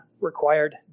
required